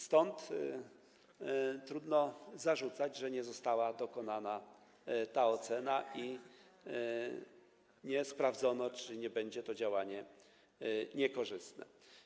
Stąd trudno zarzucać, że nie została dokonana ta ocena ani nie sprawdzono, czy nie będzie to działanie niekorzystne.